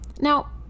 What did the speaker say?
Now